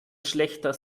schlächter